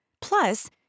Plus